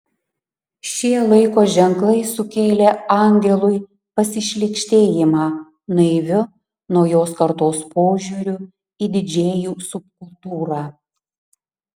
šie laiko ženklai sukėlė angelui pasišlykštėjimą naiviu naujos kartos požiūriu į didžėjų subkultūrą